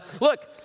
look